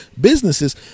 businesses